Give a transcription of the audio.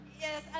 Yes